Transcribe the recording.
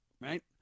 right